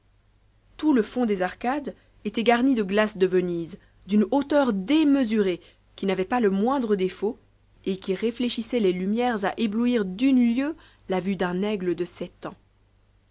tout le fond des arcades était garni de glaces de venise d'une hauteur démesurée qui n'avaient pas le moindre défaut et qui rénéchissaient les lumières a éblouir d'une lieue la vue d'un aigle de sept ans